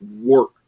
work